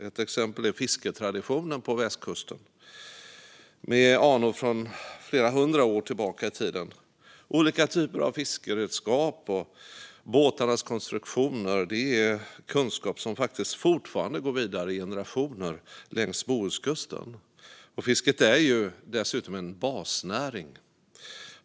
Ett exempel är fisketraditionen på västkusten med anor från flera hundra år tillbaka i tiden. Olika typer av fiskeredskap och båtarnas konstruktioner är kunskap som faktiskt fortfarande går vidare mellan generationer längs Bohuskusten. Fisket är dessutom en basnäring.